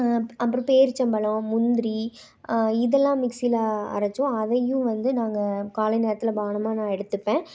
அப்புறம் பேரிச்சப்பழம் முந்திரி இதெல்லாம் மிக்சில் அரைத்தும் அதையும் வந்து நாங்கள் காலை நேரத்தில் பானமாக நான் எடுத்துப்பேன்